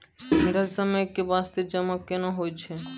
निर्धारित समय के बास्ते जमा केना होय छै?